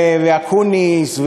ואקוניס,